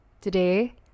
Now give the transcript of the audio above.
Today